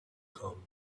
come